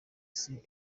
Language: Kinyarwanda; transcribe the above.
isi